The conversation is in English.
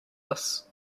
this